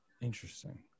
Interesting